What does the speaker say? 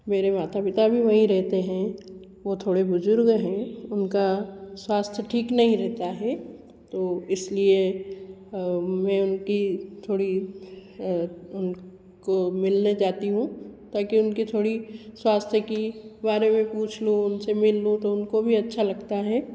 मेरे माता पिता भी वहीं रहते हैं वो थोड़े बुजुर्ग हैं उनका स्वास्थ्य ठीक नहीं रहता है तो इसलिए मैं उनकी थोड़ी उन को मिलने जाती हूँ ताकी उनके थोड़ी स्वास्थ्य की बारे में पूछ लूँ उनसे मिल लूँ तो उनको भी अच्छा लगता है